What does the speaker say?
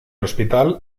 hospital